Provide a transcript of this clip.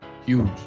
huge